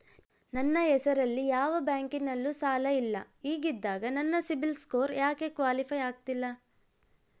ನನ್ನ ಹೆಸರಲ್ಲಿ ಯಾವ ಬ್ಯಾಂಕಿನಲ್ಲೂ ಸಾಲ ಇಲ್ಲ ಹಿಂಗಿದ್ದಾಗ ನನ್ನ ಸಿಬಿಲ್ ಸ್ಕೋರ್ ಯಾಕೆ ಕ್ವಾಲಿಫೈ ಆಗುತ್ತಿಲ್ಲ?